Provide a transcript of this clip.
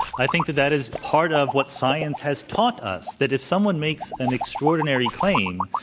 i think that that is part of what science has taught us, that if someone makes an extraordinary claim,